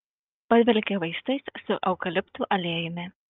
padvelkė vaistais su eukaliptų aliejumi